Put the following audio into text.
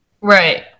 Right